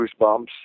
goosebumps